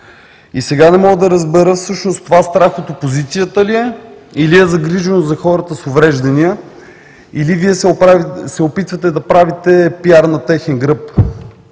И сега не мога да разбера всъщност това страх от опозицията ли е, или е загриженост за хората с увреждания, или Вие се опитвате да правите пиар на техен гръб?